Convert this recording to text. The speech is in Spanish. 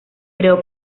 creó